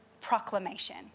proclamation